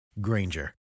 Granger